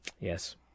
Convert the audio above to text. Yes